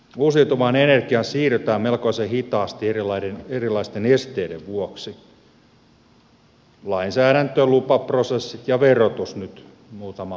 uusiutuvaan energiaan siirrytään melkoisen hitaasti erilaisten esteiden vuoksi lainsäädännön lupaprosessien ja verotuksen nyt muutaman mainitakseni